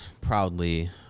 proudly